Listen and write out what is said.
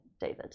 David